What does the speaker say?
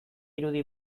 irudi